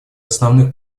основных